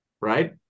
Right